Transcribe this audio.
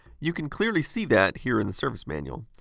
you can clearly see that here in the service manual.